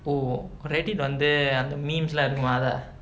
oh reddit வந்து அந்த:vanthu antha memes எல்லாம் இருக்கும் அதா:ellaam irukkum athaa